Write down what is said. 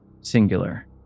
singular